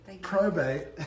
probate